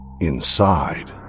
inside